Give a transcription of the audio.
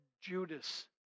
Judas